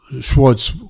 Schwartz